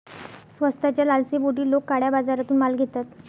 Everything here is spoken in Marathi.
स्वस्ताच्या लालसेपोटी लोक काळ्या बाजारातून माल घेतात